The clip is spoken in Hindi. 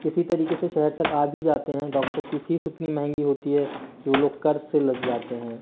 किसी तरीके से शहर तक आ भी जाते है डॉक्टर्स की फीस उतनी महंगी होती है कि वो लोग कर्ज से लद जाते हैं